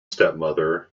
stepmother